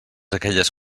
aquelles